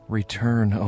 return